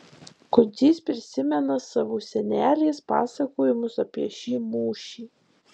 kudzys prisimena savo senelės pasakojimus apie šį mūšį